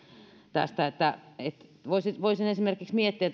tästä voisin esimerkiksi miettiä